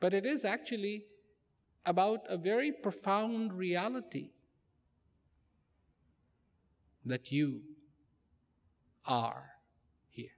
but it is actually about a very profound reality that you are